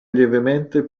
lievemente